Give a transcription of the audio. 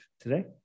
today